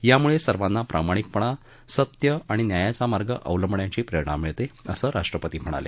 यामुळे सर्वांना प्रामाणिकपणा सत्य आणि न्यायाचा मार्ग अवलंबण्याची प्रेरणा मिळते असं राष्ट्रपती म्हणाले